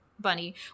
Bunny